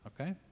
Okay